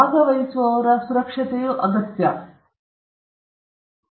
ಮತ್ತು ಸುರಕ್ಷತೆ ಭಾಗವಹಿಸುವವರನ್ನು ಅನಗತ್ಯ ಅಥವಾ ಅಸಮರ್ಪಕ ಅಪಾಯದ ಅಪಾಯಗಳಿಗೆ ಒಡ್ಡಿಕೊಳ್ಳಬಾರದು